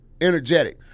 energetic